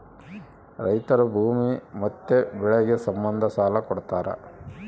ರೈತರು ಭೂಮಿ ಮತ್ತೆ ಬೆಳೆಗೆ ಸಂಬಂಧ ಸಾಲ ಕೊಡ್ತಾರ